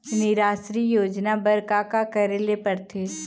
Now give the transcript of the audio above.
निराश्री योजना बर का का करे ले पड़ते?